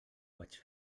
vaig